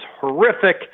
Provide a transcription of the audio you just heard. horrific